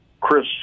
Chris